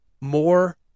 more